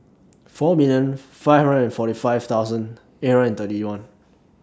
four million five hundred and forty five thousand eight hundred and thirty one